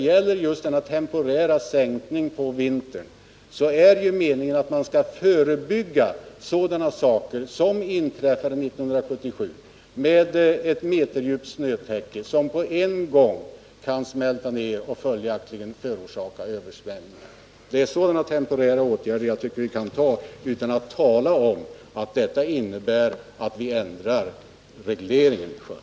Genom den temporära sänkningen på vintern är meningen att man skall förebygga sådana saker som inträffande 1977, dvs. att ett meterdjupt snötäcke på en gång kan smälta ned och förorsaka översvämningar. Jag tycker alltså att vi kan vidta temporära sänkningar utan att det skall heta att vi ändrar regleringsgränsen i sjön.